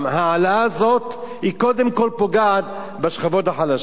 ההעלאה הזאת היא קודם כול פוגעת בשכבות החלשות.